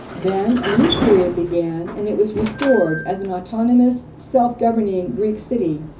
then a new period began, and it was restored as an autonomous, self-governing greek city,